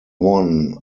won